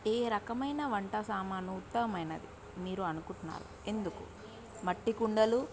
ఏ రకమైన వంట సామాను ఉత్తమమైనది మీరు అనుకుంటున్నారు ఎందుకు మట్టి కుండలు